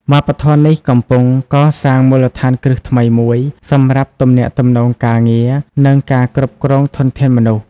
វប្បធម៌នេះកំពុងកសាងមូលដ្ឋានគ្រឹះថ្មីមួយសម្រាប់ទំនាក់ទំនងការងារ និងការគ្រប់គ្រងធនធានមនុស្ស។